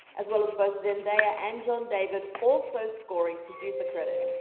as well as both zendaya and john david also scoring producer credit.